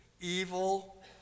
evil